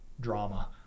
drama